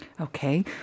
Okay